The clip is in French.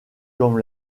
comme